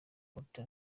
porto